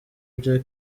bya